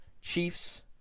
Chiefs